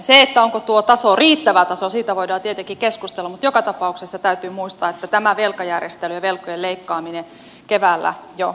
siitä onko tuo taso riittävä taso voidaan tietenkin keskustella mutta joka tapauksessa täytyy muistaa että tämä velkajärjestely ja velkojen leikkaaminen keväällä jo toteutettiin